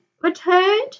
returned